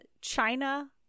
China